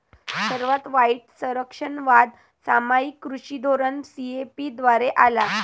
सर्वात वाईट संरक्षणवाद सामायिक कृषी धोरण सी.ए.पी द्वारे आला